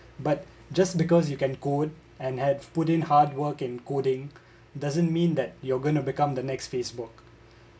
but just because you can code and had put in hard work and coding doesn't mean that you're gonna become the next Facebook